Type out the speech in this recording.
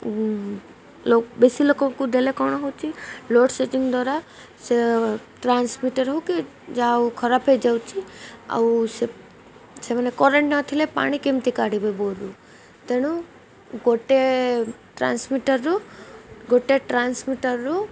ବେଶୀ ଲୋକଙ୍କୁ ଦେଲେ କ'ଣ ହେଉଛି ଲୋଡ଼୍ ସେଟିଂ ଦ୍ୱାରା ସେ ଟ୍ରାନ୍ସମିଟର୍ ହଉ କିି ଯାହା ହଉ ଖରାପ ହେଇଯାଉଛି ଆଉ ସେମାନେ କରେଣ୍ଟ୍ ନଥିଲେ ପାଣି କେମିତି କାଢ଼ିବେ ବୋର୍ରୁ ତେଣୁ ଗୋଟେ ଟ୍ରାନ୍ସମିଟର୍ରୁ ଗୋଟେ ଟ୍ରାନ୍ସମିଟର୍ରୁ